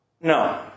No